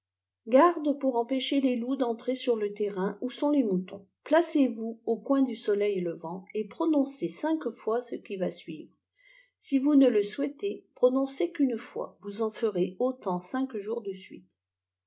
garde pour empêcher les loups d entrer sur le terrain où sont les moutons placez-vous au coin du soleil levant et prononcez cinq fois ce qui va suivre si vous ne le souhaitez prononcer qu'une fois vous m ferez autant cinq jours de suite